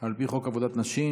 על פי חוק עבודת נשים.